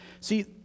See